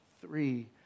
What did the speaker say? three